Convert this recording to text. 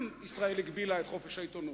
גם ישראל הגבילה את חופש העיתונות.